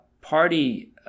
party